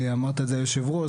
אמרת את זה היושב ראש,